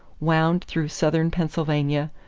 wound through southern pennsylvania,